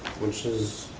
which is